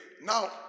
now